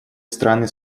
страны